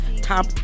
top